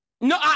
No